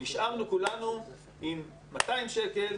נשארנו כולנו עם 200 שקל,